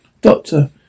Doctor